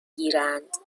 گیرند